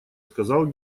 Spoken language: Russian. сказал